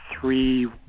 three